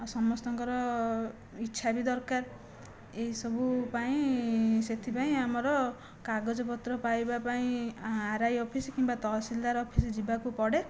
ଆଉ ସମସ୍ତଙ୍କର ଇଚ୍ଛା ବି ଦରକାର ଏହିସବୁ ପାଇଁ ସେଥିପାଇଁ ଆମର କାଗଜପତ୍ର ପାଇବା ପାଇଁ ଆର୍ଆଇ ଅଫିସ୍ କିମ୍ବା ତହସିଲଦାର ଅଫିସ୍ ଯିବାକୁ ପଡ଼େ